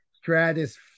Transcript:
Stratus